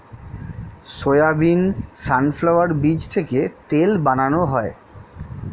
soybean, sunflower বীজ থেকে তেল বানানো হয়